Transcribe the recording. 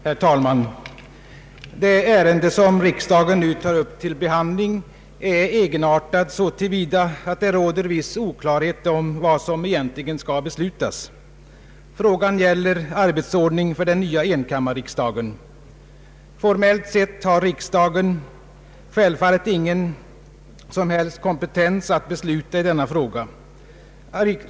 Herr talman! Det ärende som riksdagen nu tar upp till behandling är egenartat så till vida att det råder viss oklarhet om vad som egentligen skall beslutas. Frågan gäller arbetsordning för den nya enkammarriksdagen. Formellt sett har innevarande riksdag självfallet ingen som helst kompetens att besluta i denna fråga.